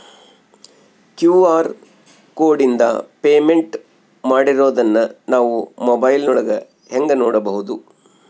QR ಕೋಡಿಂದ payment ಮಾಡಿರೋದನ್ನ ನಾವು ಮೊಬೈಲಿನೊಳಗ ಹೆಂಗ ನೋಡಬಹುದು?